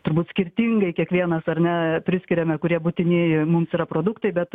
turbūt skirtingai kiekvienas ar ne priskiriame kurie būtini mums yra produktai bet